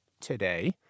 today